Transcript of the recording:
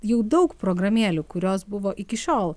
jau daug programėlių kurios buvo iki šiol